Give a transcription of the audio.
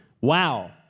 Wow